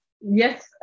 Yes